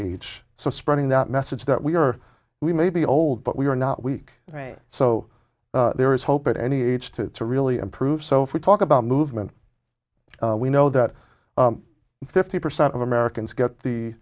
age so spreading that message that we are we may be old but we are not weak right so there is hope at any age to really improve so if we talk about movement we know that fifty percent of americans get the